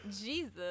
Jesus